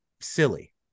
silly